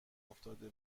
افتاده